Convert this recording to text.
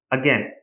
Again